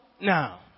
now